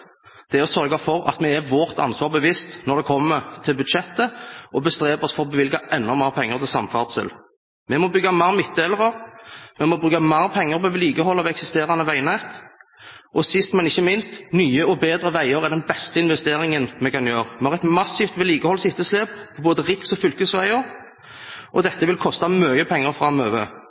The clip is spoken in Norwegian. å være oss vårt ansvar bevisst når det gjelder budsjettet, og bestrebe oss på å bevilge enda mer penger til samferdsel. Vi må bygge flere midtdelere, vi må bruke mer penger på vedlikehold av eksisterende veinett, og sist, men ikke minst, nye og bedre veier er den beste investeringen vi kan gjøre. Vi har et massivt vedlikeholdsetterslep på både riks- og fylkesveier, og dette vil koste mye penger framover.